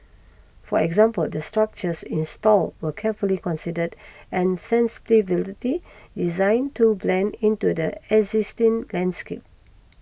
for example the structures installed were carefully considered and designed to blend into the existing landscape